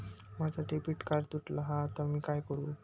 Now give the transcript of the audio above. माझा debit card तुटला हा आता मी काय करू?